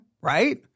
right